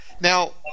now